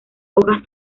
hojas